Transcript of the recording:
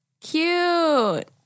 Cute